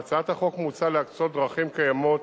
בהצעת החוק מוצע להקצות דרכים קיימות